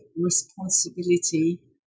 responsibility